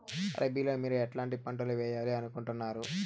రబిలో మీరు ఎట్లాంటి పంటలు వేయాలి అనుకుంటున్నారు?